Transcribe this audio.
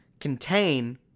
contain